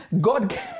God